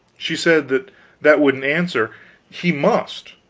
she said that that wouldn't answer he must.